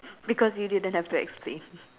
because you didn't have to explain